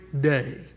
day